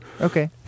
Okay